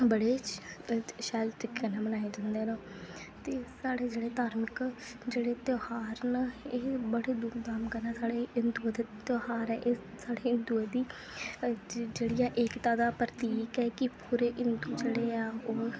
ते बड़े शैल तरीके नै मनाए जंदे न ते साढ़े जेह्ड़े धार्मिक जेह्ड़े त्योहार न एह् बड़े धूमधाम कन्नै साढ़े हिंदुएं दे त्योहार ऐ जेह्ड़ी ऐ एकता प्रतीक ऐ कि पूरे हिंदू जेह्डे़ ऐ